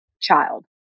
child